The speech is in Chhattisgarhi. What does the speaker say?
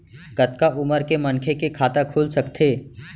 कतका उमर के मनखे के खाता खुल सकथे?